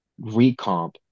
recomp